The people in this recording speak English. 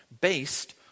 based